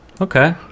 Okay